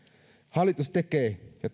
hallitus tekee ja